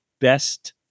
best